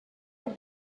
what